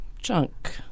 Junk